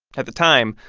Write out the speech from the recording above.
at the time,